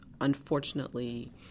unfortunately